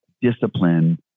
discipline